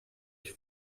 ich